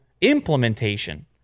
implementation